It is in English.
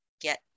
get